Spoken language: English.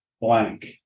blank